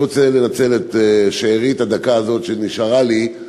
אני רוצה לנצל את שארית הדקה הזאת שנשארה לי.